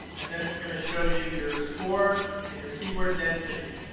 and then it's gonna show you your score and your keyword density.